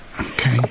Okay